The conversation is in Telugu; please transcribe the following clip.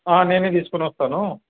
నేనే తీసుకుని వస్తాను